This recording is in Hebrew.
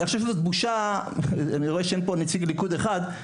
אני חושב שזאת בושה שאין פה נציג ליכוד אחד,